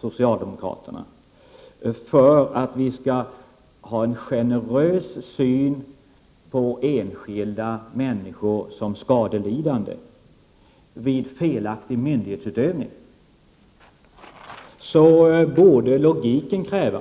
socialdemokraterna, om att vi skall ha en generös syn på enskilda människor som skadelidande vid felaktig myndighetsutövning, så borde logiken kräva